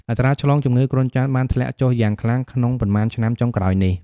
អត្រាឆ្លងជំងឺគ្រុនចាញ់បានធ្លាក់ចុះយ៉ាងខ្លាំងក្នុងប៉ុន្មានឆ្នាំចុងក្រោយនេះ។